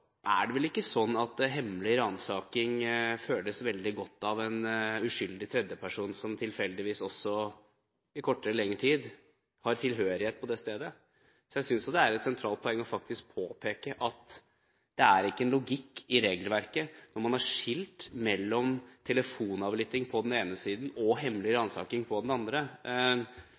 er det vel ikke sånn at hemmelig ransaking føles veldig godt av en uskyldig tredjeperson som tilfeldigvis også – i kortere eller lengre tid – har tilhørighet på det stedet. Jeg synes det er et sentralt poeng faktisk å påpeke at det ikke er en logikk i regelverket når man har skilt mellom telefonavlytting på den ene siden og hemmelig ransaking på den andre.